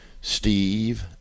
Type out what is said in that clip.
steve